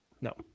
No